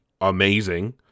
amazing